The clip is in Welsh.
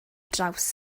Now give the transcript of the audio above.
draws